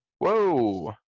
Whoa